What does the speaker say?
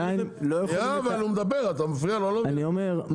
אני אומר ,